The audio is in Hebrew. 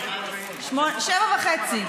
שבע וחצי.